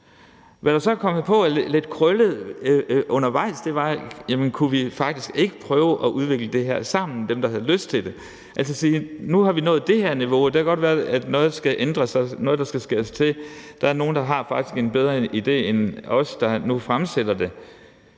Hvad der så kom på af krøller undervejs, var, om vi så faktisk ikke kunne prøve at udvikle det her sammen – dem, der havde lyst til det – og så sige: Nu har vi nået det her niveau. Det kan godt være, at noget skal ændres og noget skal skæres til. Der er nogle, der faktisk har en bedre idé end os, der nu har fremsat det.